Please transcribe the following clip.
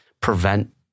prevent